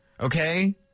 Okay